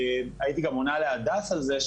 הייתי גם עונה להדס על זה,